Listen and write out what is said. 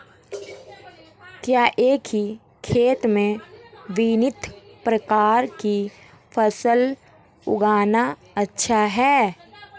क्या एक ही खेत में विभिन्न प्रकार की फसलें उगाना अच्छा है?